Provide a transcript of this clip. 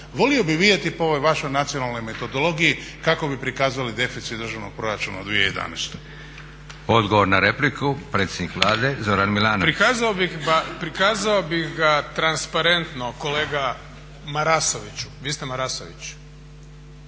volio bih vidjeti po ovoj vašoj nacionalnoj metodologiji kako bi prikazali deficit državnog proračuna u 2011. **Leko, Josip (SDP)** Odgovor na repliku, predsjednik Vlade Zoran Milanović. **Milanović, Zoran (SDP)** Prikazao bih ga transparentno kolega Marasoviću, vi ste Marasović?